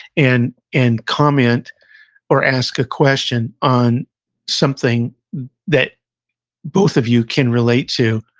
and and comment or ask a question on something that both of you can relate to,